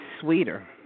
sweeter